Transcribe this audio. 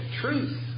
truth